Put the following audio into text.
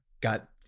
got